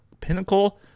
pinnacle